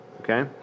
Okay